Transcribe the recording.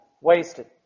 wasted